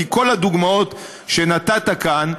כי כל הדוגמאות שנתת כאן,